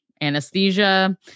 anesthesia